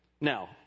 Now